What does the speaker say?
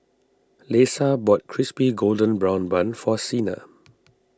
Lesa bought Crispy Golden Brown Bun for Sina